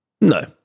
No